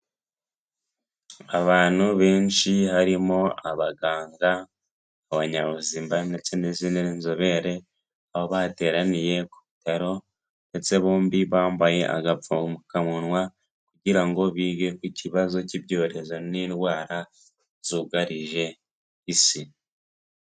Abantu benshi harimo abaganga, abanyabuzima ndetse n'izindi nzobere. Aho bateraniye ku bitaro ndetse bombi bambaye agapfakamunwa, kugira ngo bige ku kibazo cy'ibyorezo n'indwara zugarije isi.